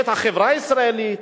את החברה הישראלית,